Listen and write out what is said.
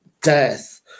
death